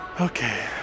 Okay